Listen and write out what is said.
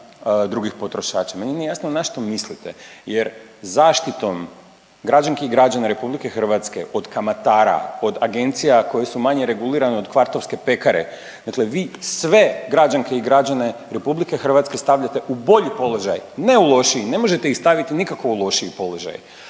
drugih potrošača meni nije jasno na što mislite jer zaštitom građanki i građana RH od kamatara, od agencija koje su manje regulirane od kvartovske pekare, dakle vi sve građanke i građane RH stavljate u bolji položaj, ne u lošiji, ne možete ih staviti nikako u lošiji položaj.